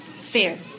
fair